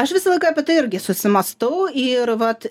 aš visą laiką apie tai irgi susimąstau ir vat